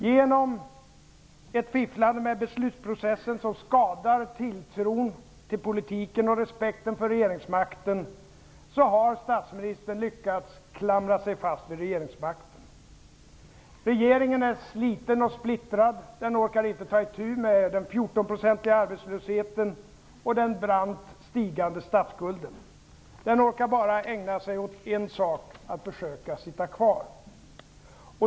Genom ett fifflande med beslutsprocessen, som skadar tilltron till politiken och respekten för regeringsmakten, har statsministern lyckats klamra sig fast vid regeringsmakten. Regeringen är sliten och splittrad. Den orkar inte ta itu med den 14 procentiga arbetslösheten och den brant stigande statsskulden. Den orkar bara ägna sig åt en sak, nämligen att försöka sitta kvar.